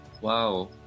Wow